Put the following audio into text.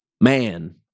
man